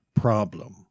Problem